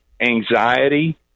anxiety